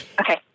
Okay